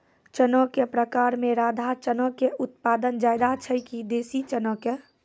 चना के प्रकार मे राधा चना के उत्पादन ज्यादा छै कि देसी चना के?